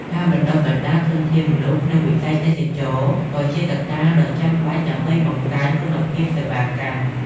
ការបណ្តុះបណ្តាលធនធានមនុស្សក្នុងវិស័យទេសចរណ៍ ក៏ជាកត្តាដ៏ចាំបាច់ដើម្បីបង្កើនគុណភាពសេវាកម្ម។